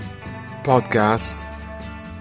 podcast